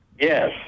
yes